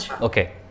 okay